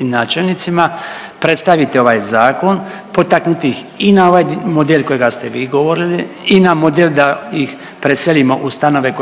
načelnicima predstaviti ovaj zakon, potaknuti ih i na ovaj model kojega ste vi govorili i na model da ih preselimo u stanove